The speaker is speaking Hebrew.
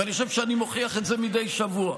ואני חושב שאני מוכיח את זה מדי שבוע.